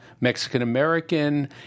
Mexican-American